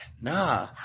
nah